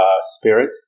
Spirit